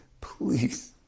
please